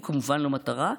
הוא כמובן לא מטרה,